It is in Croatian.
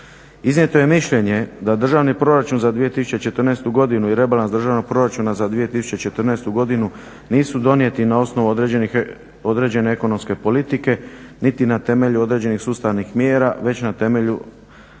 iznijeto je mišljenje da državni proračun za 2014.godinu i rebalans državnog proračuna za 2014.godinu nisu donijeti na osnovu određene ekonomske politike niti na temelju određenih sustavnih mjera već na temelju ad hoc mjera.